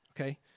okay